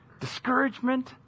discouragement